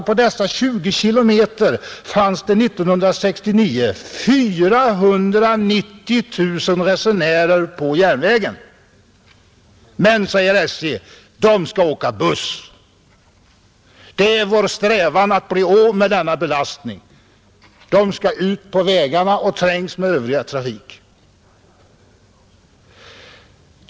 På dessa 20 kilometer fanns 1969 409 000 resenärer på järnvägen. Men, menar SJ, de kan åka buss. Det är dess strävan att bli av med denna belastning. De skall ut på vägarna och trängas med den övriga trafiken.